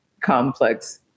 complex